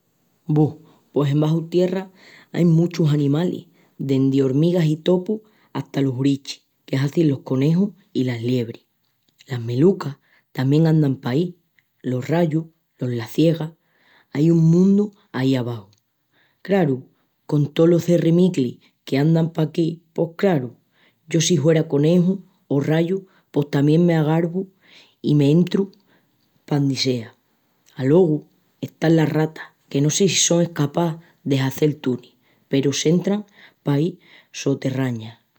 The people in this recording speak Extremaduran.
Bu, pos embaxu tierra ain muchus animalis, dendi hormigas i topus hata los hurichis que hazin los conejus i las liebris. Las melucas tamién andan paí. Los rallus, los las ciegas, ai un mundu aí baxu. Craru, con tolos cerremiclis qu'ain paquí pos, craru, yo si huera coneju o rallu pos tamién m'agarvu i m'entru pandi sea. Alogu están las ratas que no sé si son escapás de hazel tunis peru s'entran paí soterrañas.